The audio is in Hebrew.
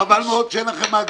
חבל מאוד שאין לכם מאגרים.